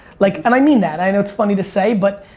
like and i mean that. i know it's funny to say. but,